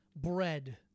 bread